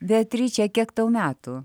beatriče kiek tau metų